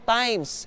times